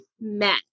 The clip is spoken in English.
met